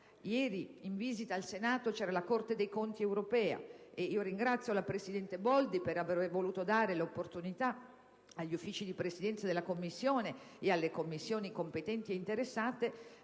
in visita al Senato c'era la Corte dei conti europea. Ringrazio la presidente Boldi per aver voluto dare l'opportunità agli Uffici di presidenza della Commissione e alle Commissioni competenti e interessate